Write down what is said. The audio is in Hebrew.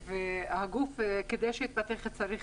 הגוף צריך את זה כדי להתפתח.